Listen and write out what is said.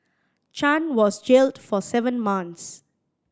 Chan was jailed for seven months